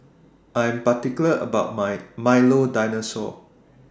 I Am particular about My Milo Dinosaur